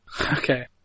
Okay